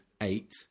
eight